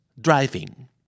Driving